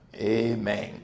Amen